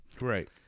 Right